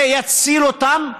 זה יציל אותם,